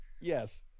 Yes